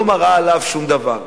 לא מראה עליו שום דבר.